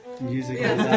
music